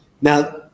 Now